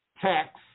tax